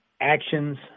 actions